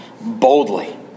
boldly